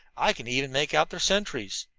i can even make out their sentries.